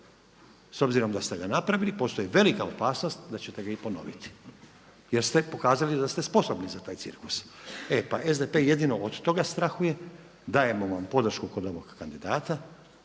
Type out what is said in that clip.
S obzirom da ste ga napravili postoji velika opasnost da ćete ga i ponoviti, jer ste pokazali da ste sposobni za taj cirkus. E pa SDP jedino od toga strahuje, dajemo vam podršku kod ovog kandidata